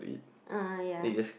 uh ya